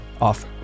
off